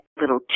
Little